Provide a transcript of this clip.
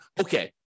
okay